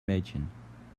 mädchen